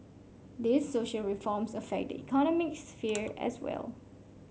these social reforms affect the economic sphere as well